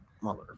mother